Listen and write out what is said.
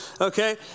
okay